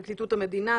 פרקליטות המדינה,